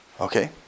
Okay